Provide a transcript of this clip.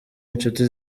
inshuti